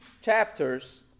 chapters